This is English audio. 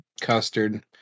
custard